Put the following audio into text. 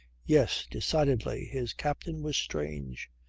yes, decidedly, his captain was strange.